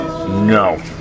No